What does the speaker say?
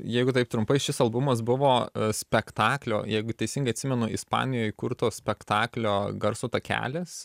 jeigu taip trumpai šis albumas buvo spektaklio jeigu teisingai atsimenu ispanijoj kurto spektaklio garso takelis